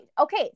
Okay